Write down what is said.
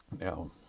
Now